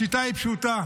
השיטה היא פשוטה: